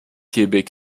quebec